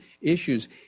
issues